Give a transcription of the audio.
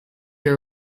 are